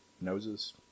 noses